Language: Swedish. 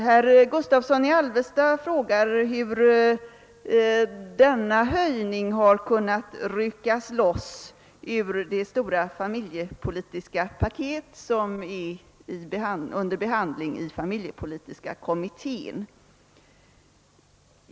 Herr Gustavsson i Alvesta frågar hur denna höjning har kunnat ryckas loss ur det stora familjepolitiska paket som behandlas i familjepolitiska kommittén.